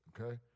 okay